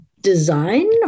design